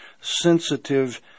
sensitive